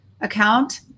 account